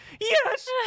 Yes